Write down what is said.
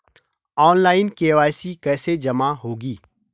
Online KYC कैसे जमा होगी?